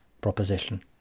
proposition